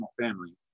family